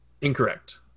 Incorrect